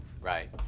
right